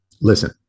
listen